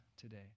today